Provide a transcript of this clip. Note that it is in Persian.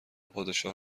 پادشاه